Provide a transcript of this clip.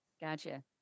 Gotcha